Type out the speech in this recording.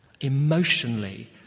Emotionally